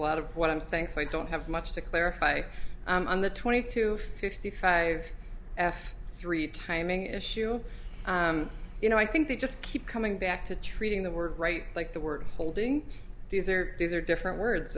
lot of what i'm saying so i don't have much to clarify on the twenty two fifty five f three timing issue you know i think they just keep coming back to treating the work right like the work holding these are these are different words